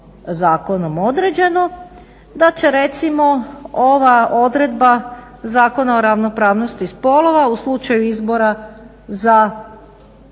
zakonom određeno, da će recimo ova odredba Zakona o ravnopravnosti spolova u slučaju izbora za